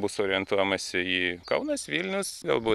bus orientuojamasi į kaunas vilnius galbūt